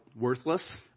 worthless